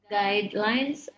guidelines